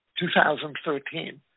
2013